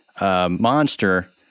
monster